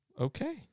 Okay